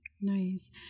Nice